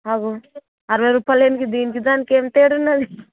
అగో అరవై రూపాయలు ఎందుకు దీనికి దానికి ఏం తేడా ఉన్నాది